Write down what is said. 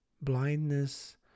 blindness